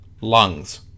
lungs